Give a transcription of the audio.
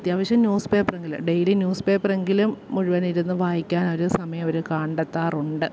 അത്യാവശ്യം ന്യൂസ് പേപ്പറെങ്കിൽ daily news പേപ്പറെങ്കിലും മുഴുവനിരുന്നു വായിക്കാനവർ സമയം അവർ കണ്ടെത്താറുണ്ട്